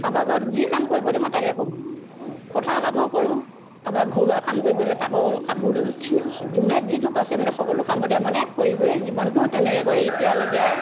কাৰোবাৰ ঘৰত যি কাম কৰিব দিয়ে মই তাকে কৰোঁ পথাৰৰ কামো কৰোঁ কাৰোবাৰ ঘৰুৱা কাম কৰিব দিলে তাকো কৰোঁ কাপোৰ ধুওঁ যিটো যোনে যিটো পাচে মানে সকলো কামতে মানে কৰি কৰি জীৱনটো তেনেকৈ কৰি এতিয়ালৈকে